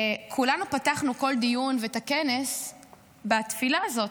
כולנו פתחנו כל דיון ואת הכנס בתפילה הזאת,